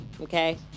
okay